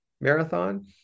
marathon